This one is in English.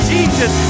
Jesus